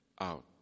out